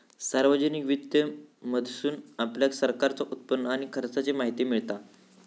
सार्वजनिक वित्त मधसून आपल्याक सरकारचा उत्पन्न आणि खर्चाची माहिती मिळता